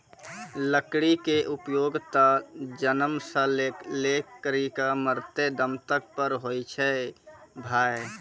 लकड़ी के उपयोग त जन्म सॅ लै करिकॅ मरते दम तक पर होय छै भाय